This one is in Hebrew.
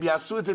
הם יעשו את זה,